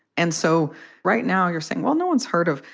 and so right now you're saying, well, no one's heard of.